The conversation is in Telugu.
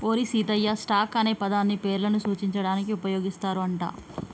ఓరి సీతయ్య, స్టాక్ అనే పదాన్ని పేర్లను సూచించడానికి ఉపయోగిస్తారు అంట